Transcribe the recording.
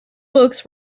books